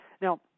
Now